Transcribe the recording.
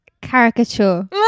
Caricature